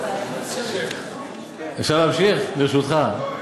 אפשר להמשיך, ברשותך?